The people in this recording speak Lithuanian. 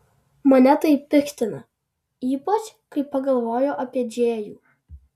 mane tai piktina ypač kai pagalvoju apie džėjų